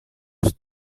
use